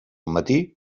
matí